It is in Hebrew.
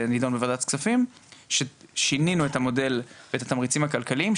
שנידון בוועדת הכספים ושבו שינינו את המודל ואת התמריצים הכלכליים,